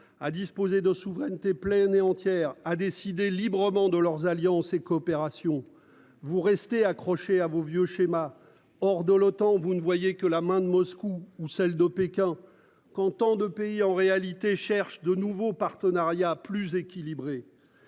à disposer de souveraineté pleine et entière à décider librement de leurs alliances et coopération. Vous restez accrochés à vos vieux schémas hors de l'OTAN. Vous ne voyez que la main de Moscou ou celle de Pékin, quand tant de pays en réalité cherche de nouveaux partenariats plus équilibrés.